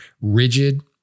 rigid